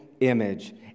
Image